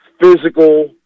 Physical